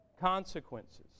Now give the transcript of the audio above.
consequences